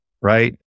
right